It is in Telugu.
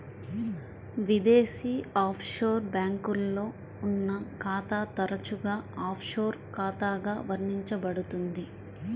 విదేశీ ఆఫ్షోర్ బ్యాంక్లో ఉన్న ఖాతా తరచుగా ఆఫ్షోర్ ఖాతాగా వర్ణించబడుతుంది